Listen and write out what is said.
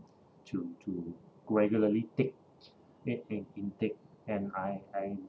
to to regularly take take and intake and I I